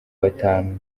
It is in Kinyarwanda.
batanu